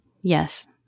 Yes